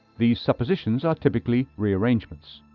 these suspicions are typically rearrangements.